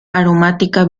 aromática